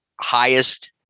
highest